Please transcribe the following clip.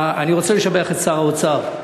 אני רוצה לשבח את שר האוצר,